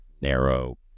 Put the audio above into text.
narrow